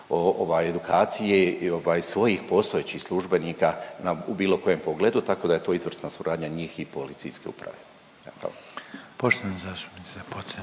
i ovaj svojih postojećih službenika u bilo koje pogledu tako da je to izvrsna suradnja njih i policijske uprave. Evo, hvala.